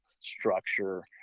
structure